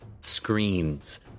screens